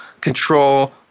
control